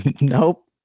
Nope